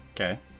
Okay